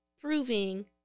proving